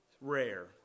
rare